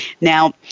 Now